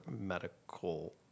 medical